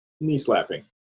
Knee-slapping